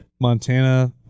Montana